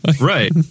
right